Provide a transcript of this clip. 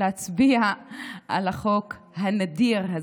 להצביע על החוק הנדיר הזה.